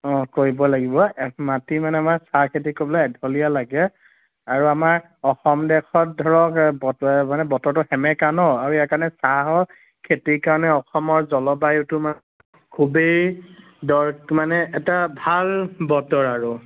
অঁ কৰিব লাগিব এঢ মাটি মানে আমাৰ চাহখেতি কৰিবলৈ এঢলীয়া লাগে আৰু আমাৰ অসম দেশত ধৰক এ বত এ মানে বতৰটো সেমেকা ন আমি সেইকাৰণে চাহৰ খেতিৰ কাৰণে অসমৰ জলবায়ুটো মা খুবেই দৰত মানে এটা ভাল বতৰ আৰু